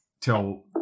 till